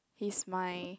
he's my